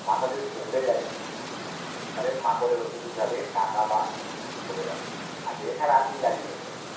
মাথা যদি কুঁকড়ে যায় তালে মাকড়ের ওষুদ দিতে হবে শাখা বা ভোবেরন আচ্ছা এছাড়া আর কী কী গাছ নিয়েছেন